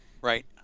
right